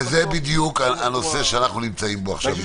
זה בדיוק הנושא שאנחנו נמצאים בו עכשיו.